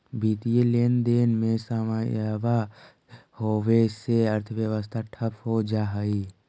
वित्तीय लेनदेन में समस्या होवे से अर्थव्यवस्था ठप हो जा हई